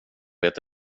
vet